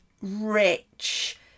rich